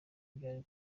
byari